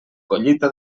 collita